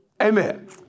Amen